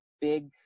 big